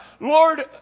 Lord